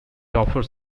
offers